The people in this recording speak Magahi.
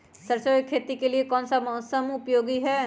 सरसो की खेती के लिए कौन सा मौसम उपयोगी है?